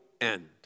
end